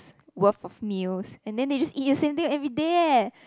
worth of meals and then they just eat the same thing everyday leh